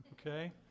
okay